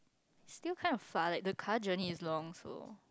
still kind of far like the car journey is long so